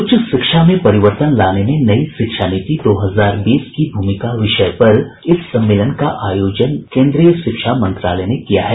उच्च शिक्षा में परिवर्तन लाने में नई शिक्षा नीति दो हजार बीस की भूमिका विषय पर इस सम्मेलन का आयोजन केंद्रीय शिक्षा मंत्रालय ने किया है